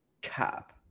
Cap